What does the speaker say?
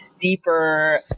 deeper